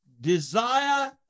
desire